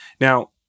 now